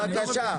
אז, בבקשה.